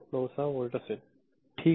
96 volt असेल ठीक आहे